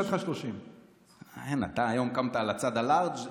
נתתי לך 30. אתה היום קמת על הצד הלארג',